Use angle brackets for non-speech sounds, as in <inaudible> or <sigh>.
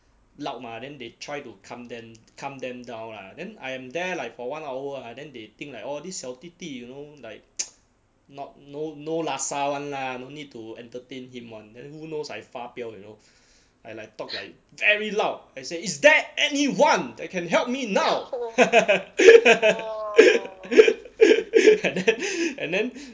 loud mah then they try to calm then calm them down lah then I am there like for one hour ah then they think like orh this 小弟弟 you know like <noise> not no no [one] lah no need to entertain him [one] then who knows I 发飙 you know I like talk like very loud I say is there any one that can help me now <laughs> and then and then